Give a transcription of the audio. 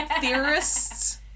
theorists